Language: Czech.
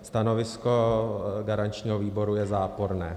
Stanovisko garančního výboru je záporné.